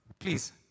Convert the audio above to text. Please